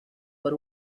por